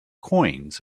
coins